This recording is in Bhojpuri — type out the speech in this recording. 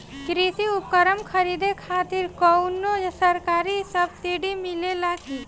कृषी उपकरण खरीदे खातिर कउनो सरकारी सब्सीडी मिलेला की?